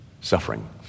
suffering